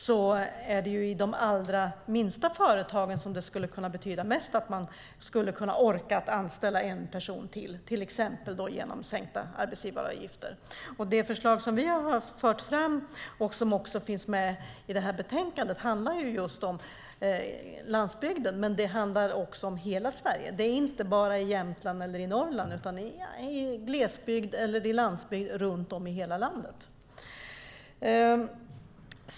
Det är i de minsta företagen det skulle betyda mest att kunna anställa en person till, till exempel genom sänkta arbetsgivaravgifter. Det förslag vi har fört fram och som finns med i betänkandet handlar om landsbygden men också om hela Sverige. Det handlar inte om bara Jämtland och övriga Norrland utan om glesbygd och landsbygd i hela landet.